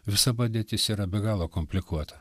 visa padėtis yra be galo komplikuota